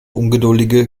ungeduldige